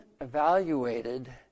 evaluated